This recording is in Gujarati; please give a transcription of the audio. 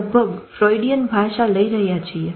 આપણે લગભગ ફ્રોઇડીયન ભાષા લઇ રહ્યા છીએ